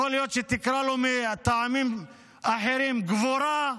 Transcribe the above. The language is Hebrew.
יכול להיות שמטעמים אחרים תקרא לו "גבורה"